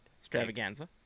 Extravaganza